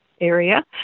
area